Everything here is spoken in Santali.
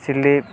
ᱥᱤᱞᱤᱯ